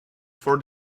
for